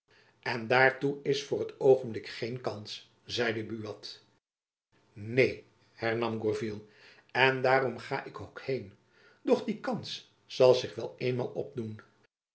en daartoe is voor t oogenblik geen kans zeide buat neen hernam gourville en daarom ga ik ook heen doch die kans zal zich wel eenmaal opdoen